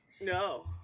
No